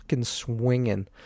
swinging